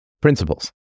principles